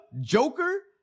Joker